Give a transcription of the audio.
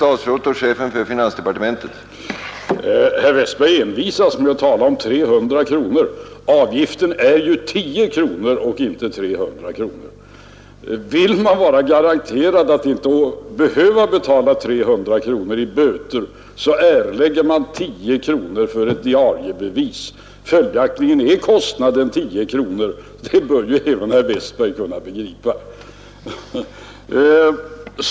Herr talman! Herr Westberg i Ljusdal envisas med att tala om 300 kronor. Avgiften är ju 10 kronor och inte 300 kronor. Vill man vara garanterad att inte behöva betala 300 kronor i böter erlägger man 10 kronor för ett diariebevis. Följaktligen är kostnaden 10 kronor. Det bör även herr Westberg i Ljusdal kunna begripa.